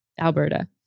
Alberta